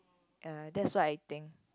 ya that's what I think